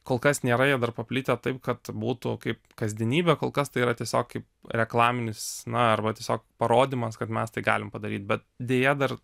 kol kas nėra jie dar paplitę taip kad būtų kaip kasdienybė kol kas tai yra tiesiog kaip reklaminis na arba tiesiog parodymas kad mes tai galim padaryt bet deja dar